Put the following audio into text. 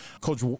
Coach